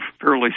fairly